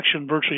virtually